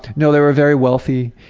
no, they were very wealthy.